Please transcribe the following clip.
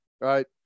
right